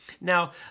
now